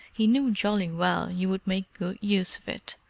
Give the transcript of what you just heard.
he knew jolly well you would make good use of it,